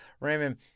Raymond